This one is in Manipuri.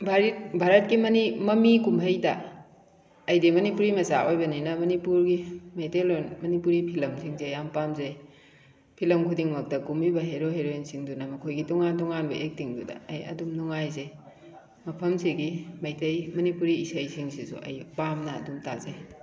ꯚꯥꯔꯠꯀꯤ ꯃꯃꯤ ꯀꯨꯝꯍꯩꯗ ꯑꯩꯗꯤ ꯃꯅꯤꯄꯨꯔꯤ ꯃꯆꯥ ꯑꯣꯏꯕꯅꯤꯅ ꯃꯅꯤꯄꯨꯔꯒꯤ ꯃꯩꯇꯩꯂꯣꯟ ꯃꯅꯤꯄꯨꯔꯤ ꯐꯤꯂꯝꯁꯤꯡꯁꯦ ꯌꯥꯝ ꯄꯥꯝꯖꯩ ꯐꯤꯂꯝ ꯈꯨꯗꯤꯡꯃꯛꯇ ꯀꯨꯝꯂꯤꯕ ꯍꯦꯔꯣ ꯍꯦꯔꯣꯏꯟꯁꯤꯡꯗꯨꯅ ꯃꯈꯣꯏꯒꯤ ꯇꯣꯉꯥꯟ ꯇꯣꯉꯥꯟꯕ ꯑꯦꯛꯇꯤꯡꯗꯨꯗ ꯑꯗꯨꯝ ꯅꯨꯡꯉꯥꯏꯖꯩ ꯃꯐꯝꯁꯤꯒꯤ ꯃꯩꯇꯩ ꯃꯅꯤꯄꯨꯔꯤ ꯏꯁꯩꯁꯤꯡꯁꯤꯁꯨ ꯑꯩ ꯄꯥꯝꯅ ꯑꯗꯨꯝ ꯇꯥꯖꯩ